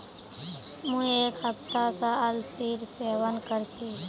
मुई एक हफ्ता स अलसीर सेवन कर छि